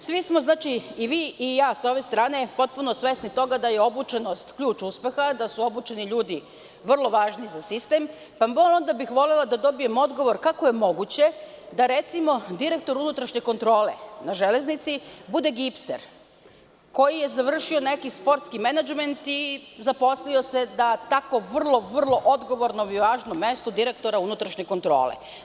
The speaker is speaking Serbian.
Svi smo znači, i vi i ja sa ove strane, potpuno svesni toga da je obučenost ključ uspeha, da su obučeni ljudi vrlo važni za sistem, pa bih volela da dobije odgovor kako je moguće da recimo direktor unutrašnje kontrole na železnici bude gipser koji je završio neki sportski menadžment i zaposlio se na tako vrlo, vrlo odgovornom i važnom mestu, direktora unutrašnje kontrole?